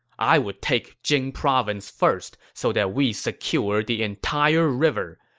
i would take jing province first so that we secure the entire river.